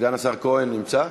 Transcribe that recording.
סגן השר כהן נמצא?